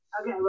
Okay